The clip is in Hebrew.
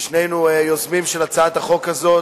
שנינו היוזמים של הצעת החוק הזאת,